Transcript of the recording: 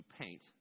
paint